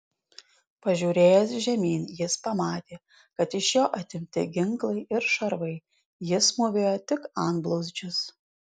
pažiūrėjęs žemyn jis pamatė kad iš jo atimti ginklai ir šarvai jis mūvėjo tik antblauzdžius